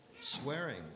swearing